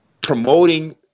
promoting